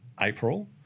April